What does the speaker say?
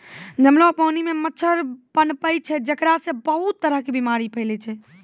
जमलो पानी मॅ मच्छर पनपै छै जेकरा सॅ बहुत तरह के बीमारी फैलै छै